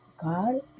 God